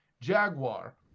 Jaguar